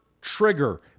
trigger